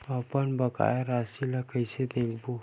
अपन बकाया राशि ला कइसे देखबो?